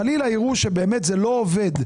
חלילה יראו שבאמת זה לא עובד,